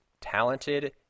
talented